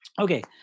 Okay